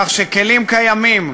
כך שכלים קיימים,